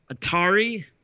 Atari